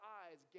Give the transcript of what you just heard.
eyes